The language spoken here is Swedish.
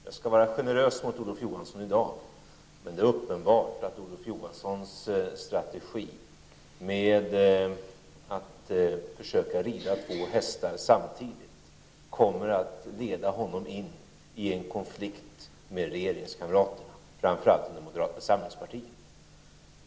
Jag skall vara generös mot Olof Johansson i dag, men det är uppenbart att Olof Johanssons strategi med att försöka rida två hästar samtidigt kommer att leda honom in i en konflikt med regeringskamraterna, framför allt moderaterna.